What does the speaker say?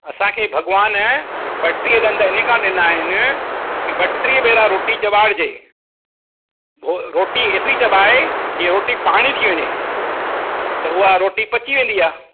असांखे भगवान ॿटीह ॾंद हिन काणि ॾिना आहिनि कि ॿटीह भेरा रोटी चॿारिजे भो रोटी एतिरी चॿाए की रोटी पाणी थी वञे त हूअ रोटी पची वेंदी आहे